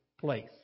place